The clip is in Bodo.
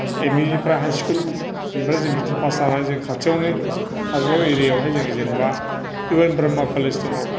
एम इनिफ्राय हाइ स्कुल बिनिफ्राय जों मेट्रिक पास जानानै जों खाथियावनो खाजोलगाव एरियायावहाय जोङो जेनेबा इउ एन ब्रह्म कलेज दङ